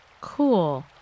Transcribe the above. Cool